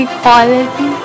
Equality